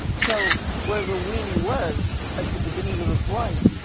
so where the wing was at the beginning of the flight,